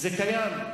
זה קיים,